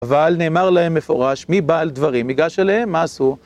אבל נאמר להם מפורש, מי בא על דברים, ייגש אליהם, מה עשו?